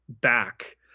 back